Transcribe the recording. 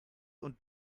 und